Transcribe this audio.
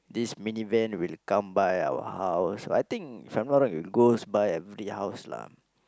this mini van will come by our house I think if I'm not wrong it goes by every house lah